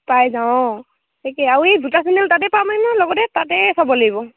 পাই যাওঁ অঁ তাকে আৰু এই জোতা চেণ্ডল তাতে পাম ন লগতে তাতেই চাব লাগিব